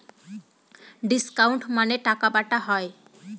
discount মানে টাকা বাটা হয়